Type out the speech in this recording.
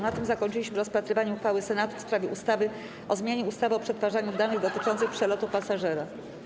Na tym zakończyliśmy rozpatrywanie uchwały Senatu w sprawie ustawy o zmianie ustawy o przetwarzaniu danych dotyczących przelotu pasażera.